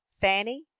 Fanny